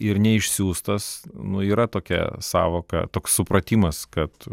ir neišsiųstas nu yra tokia sąvoka toks supratimas kad